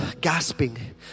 gasping